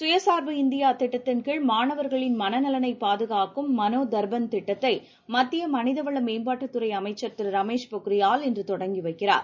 சுயசார்பு இந்தியா திட்டத்தின் கீழ் மாணவர்களின் மனநலனைப் பாதுகாக்கும் மனோ தர்பண் திட்டத்தை மத்திய மனித வள மேம்பாட்டுத் துறை அமைச்சர் திருரமேஷ் பொக்ரியால் இன்று தொடங்கி வைக்கிறார்